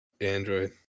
Android